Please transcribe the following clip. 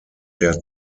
der